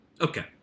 Okay